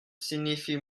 signifie